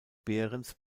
behrens